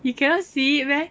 you cannot see it meh